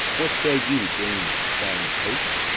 what say you, james soundpost?